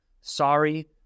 Sorry